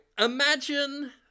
Imagine